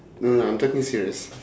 no no I'm talking serious